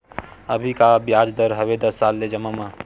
अभी का ब्याज दर हवे दस साल ले जमा मा?